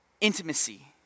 intimacy